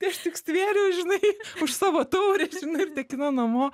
ir aš tik stvėriau žinai už savo taurės žinai ir tekina namo